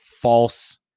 false